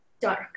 Dark